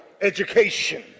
education